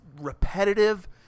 repetitive